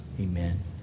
Amen